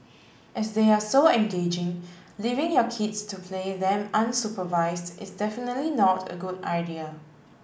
as they are so engaging leaving your kids to play them unsupervised is definitely not a good idea